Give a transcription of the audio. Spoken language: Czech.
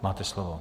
Máte slovo.